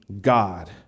God